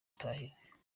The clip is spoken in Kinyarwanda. utahiwe